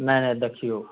नहि नहि देखियौ